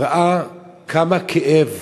ראה כמה כאב,